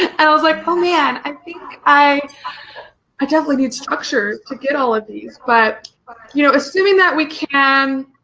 and i was like oh man i think i i definitely need structure to get all of these but you know assuming that we can.